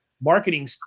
marketing